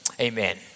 Amen